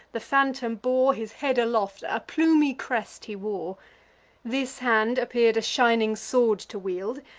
the phantom bore his head aloft a plumy crest he wore this hand appear'd a shining sword to wield,